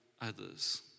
others